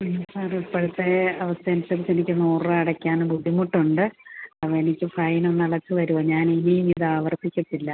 sir ഇപ്പോഴത്തെ അവസ്ഥ അനുസരിച്ച് എനിക്ക് നൂറ് രൂപ അടയ്ക്കാൻ ബുദ്ധിമുട്ട് ഉണ്ട് അപ്പം എനിക്ക് ഫൈൻ ഒന്ന് അടച്ച് തരുമോ ഞാൻ ഇനി ഇത് ആവർത്തിക്കില്ല